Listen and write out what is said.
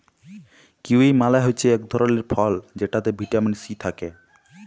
kiwi মালে হছে ইক ধরলের ফল যাতে ভিটামিল সি থ্যাকে